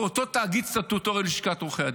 באותו תאגיד סטטוטורי, לשכת עורכי הדין.